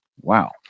Wow